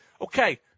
okay